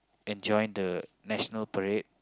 and join the national parade